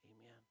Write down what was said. Amen